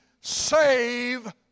save